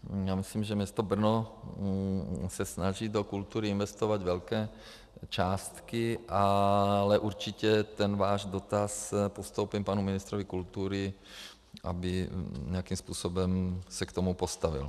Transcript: Já myslím, že město Brno se snaží do kultury investovat velké částky, ale určitě váš dotaz postoupím panu ministrovi kultury, aby nějakým způsobem se k tomu postavil.